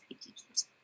teachers